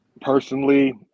Personally